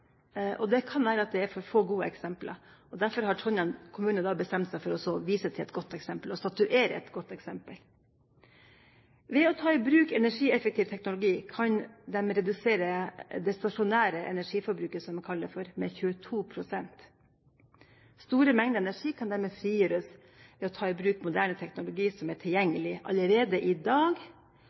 det gode eksempelet på at det er mulig å ta ut effektiviseringspotensialet. Derfor har Trondheim kommune bestemt seg for å statuere et. Ved å ta i bruk energieffektiv teknologi kan Trondheim redusere det stasjonære energiforbruket med 22 prosent. Store mengder energi kan dermed frigjøres ved å ta i bruk moderne teknologi som er tilgjengelig allerede i dag,